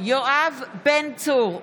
יואב בן צור,